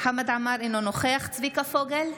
חמד עמאר, אינו נוכח צביקה פוגל,